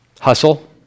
Hustle